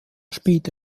spielte